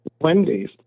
Wendy's